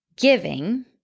giving